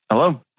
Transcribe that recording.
Hello